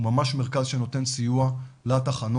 הוא ממש מרכז שנותן סיוע לתחנות,